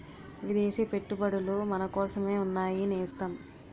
విదేశీ పెట్టుబడులు మనకోసమే ఉన్నాయి నేస్తం